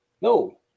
No